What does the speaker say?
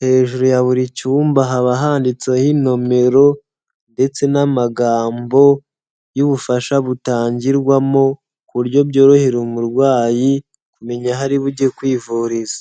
hejuru ya buri cyumba haba handitseho inomero ndetse n'amagambo y'ubufasha butangirwamo ku buryo byorohera umurwayi kumenya ahari buge kwivuriza.